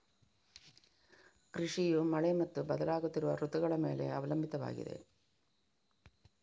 ಕೃಷಿಯು ಮಳೆ ಮತ್ತು ಬದಲಾಗುತ್ತಿರುವ ಋತುಗಳ ಮೇಲೆ ಅವಲಂಬಿತವಾಗಿದೆ